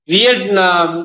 Vietnam